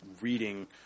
reading